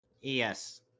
Yes